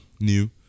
new